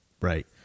Right